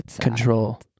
control